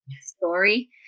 story